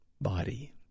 body